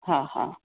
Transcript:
हा हा